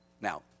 Now